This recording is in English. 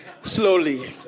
slowly